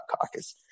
Caucus